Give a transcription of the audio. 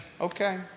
okay